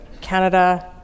Canada